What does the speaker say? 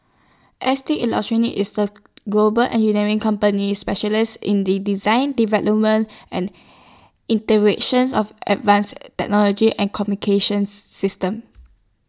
S T electronics is A global engineering company specialise in the design development and inter visions of advanced technology and communications system